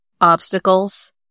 obstacles